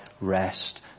rest